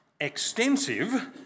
extensive